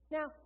Now